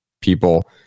people